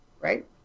Right